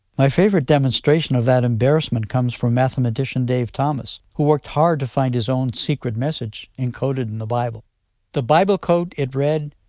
my favorite demonstration of that embarrassment comes from mathematician dave thomas who worked hard to find his own secret message encoded in the bible the bible code, it read,